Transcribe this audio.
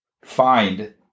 find